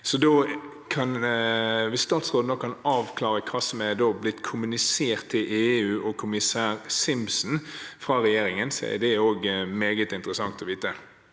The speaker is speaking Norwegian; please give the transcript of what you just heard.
Hvis utenriksministeren kan avklare hva som er blitt kommunisert til EU og kommissær Simson fra regjeringen, er det også meget interessant å vite.